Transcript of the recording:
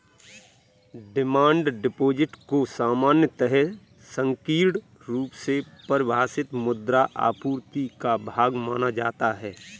demand deposit को सामान्यतः संकीर्ण रुप से परिभाषित मुद्रा आपूर्ति का भाग माना जाता है